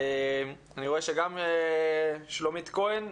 אני רואה שגם שולמית כהן,